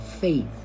faith